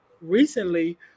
recently